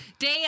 day